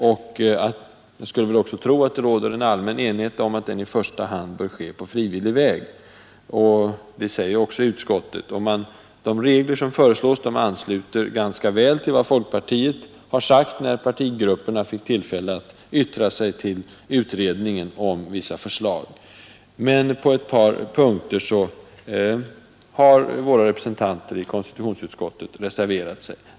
Jag skulle också tro att det råder allmän enighet om att den i första hand bör ske på frivillig väg. Det säger också utskottet. De regler som föreslås ansluter ganska väl till vad folkpartiet sade när partigrupperna fick tillfälle att yttra sig till utredningen om vissa förslag. Men på ett par punkter har våra representanter i konstitutionsutskottet reserverat sig.